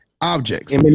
objects